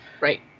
Right